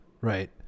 right